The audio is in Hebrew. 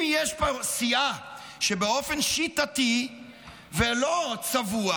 אם יש פה סיעה שבאופן שיטתי ולא צבוע